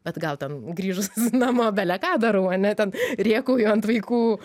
bet gal ten grįžus namo bele ką darau ane ten rėkauju ant vaikų